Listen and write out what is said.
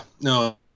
no